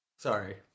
sorry